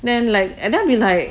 then like and then I'll be like